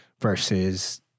versus